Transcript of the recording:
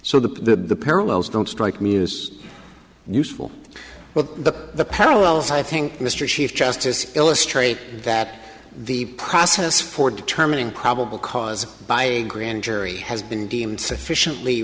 so the parallels don't strike muse useful with the parallels i think mr chief justice illustrate that the process for determining probable cause by a grand jury has been deemed sufficiently